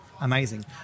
amazing